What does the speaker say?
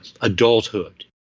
adulthood